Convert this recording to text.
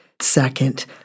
Second